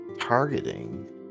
targeting